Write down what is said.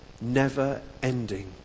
never-ending